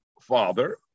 father